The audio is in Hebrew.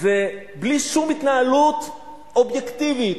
זה בלי שום התנהלות אובייקטיבית,